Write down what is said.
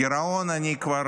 הגירעון, אני כבר